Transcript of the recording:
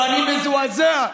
ואני מזועזע,